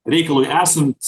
reikalui esant